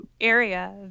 area